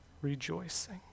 rejoicing